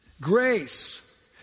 grace